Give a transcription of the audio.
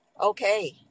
Okay